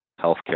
healthcare